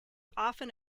often